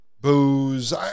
booze